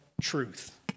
truth